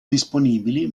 disponibili